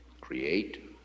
create